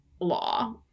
law